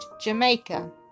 Jamaica